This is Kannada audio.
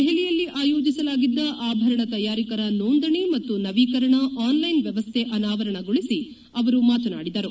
ದೆಹಲಿಯಲ್ಲಿ ಆಯೋಜಿಸಲಾಗಿದ್ದ ಆಭರಣ ತಯಾರಿಕರ ನೋಂದಣಿ ಮತ್ತು ನವೀಕರಣ ಆನ್ಲೈನ್ ವ್ಯವಸ್ಟ ಅನಾವರಣಗೊಳಿಸಿ ಅವರು ಮಾತನಾಡಿದರು